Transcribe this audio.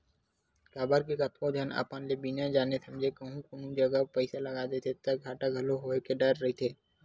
काबर के कतको झन अपन ले बिना जाने समझे कहूँ कोनो जगा पइसा लगा देथे ता घाटा घलो होय के डर रहिथे